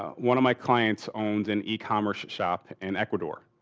ah one of my clients owns an e-commerce shop in ecuador.